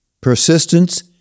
Persistence